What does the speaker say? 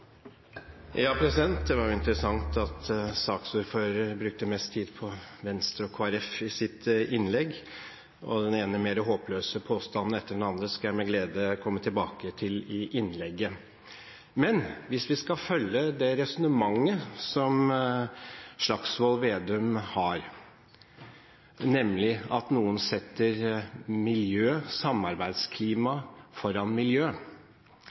var interessant at saksordføreren brukte mest tid på Venstre og Kristelig Folkeparti i sitt innlegg. Den ene mer håpløse påstanden etter den andre skal jeg med glede komme tilbake til i innlegget. Men hvis vi skal følge det resonnementet som Slagsvold Vedum har, nemlig at noen setter samarbeidsklima foran miljø